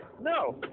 no